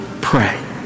pray